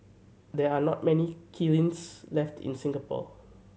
there are not many kilns left in Singapore